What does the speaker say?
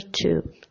two